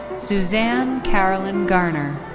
suzanne caroline garner.